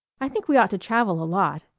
i think we ought to travel a lot.